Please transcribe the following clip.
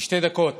בשתי דקות